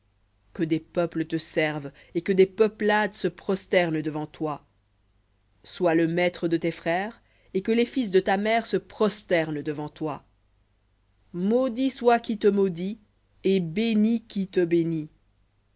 que des peuples te servent et que des peuplades se prosternent devant toi sois le maître de tes frères et que les fils de ta mère se prosternent devant toi maudit soit qui te maudit et béni qui te bénit